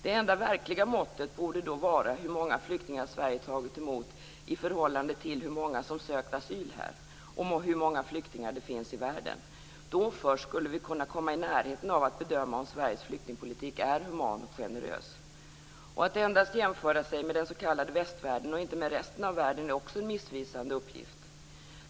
Det enda verkliga måttet borde vara hur många flyktingar som Sverige har tagit emot i förhållande till hur många som sökt asyl här och hur många flyktingar det finns i världen. Då först skulle vi kunna komma i närheten av att bedöma om Sveriges flyktingpolitik är human och generös. Att endast jämföra sig med den s.k. västvärlden och inte med resten av världen är också en missvisande uppgift.